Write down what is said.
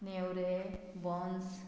Nevare बोंस